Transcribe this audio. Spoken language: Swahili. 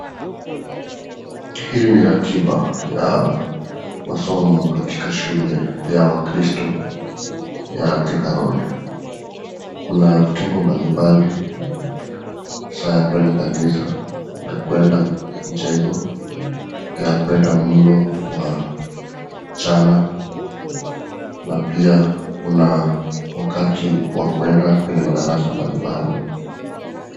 Hii ni ratiba ya masomo katika shule ya kristo ya Thika road. Kuna vitengo mbali mbali, saa ya kuenda kanisa ,ya kuenda michezo, ya kuenda mlo ya mchana na pia kuna wakati wa kuenda kwenye madarasa mbalimbali.